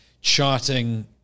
charting